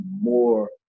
more